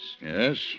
Yes